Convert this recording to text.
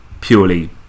purely